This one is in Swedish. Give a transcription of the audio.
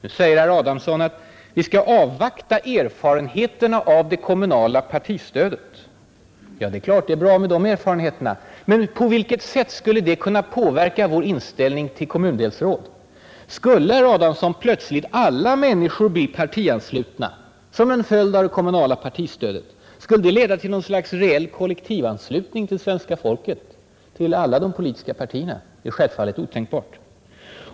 Nu säger herr Adamsson att vi skall avvakta erfarenheterna av det kommunala partistödet. Givetvis är det bra att få de erfarenheterna. Men på vilket sätt skulle de kunna påverka vår inställning till kommundelsråd? Skulle, herr Adamsson, plötsligt alla människor bli partianslutna som en följd av det kommunala partistödet? Skulle det leda till något slags reell kollektivanslutning av svenska folket till alla de politiska partierna? Det är självfallet otänkbart.